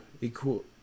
equal